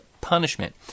punishment